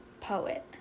Poet